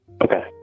Okay